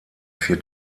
vier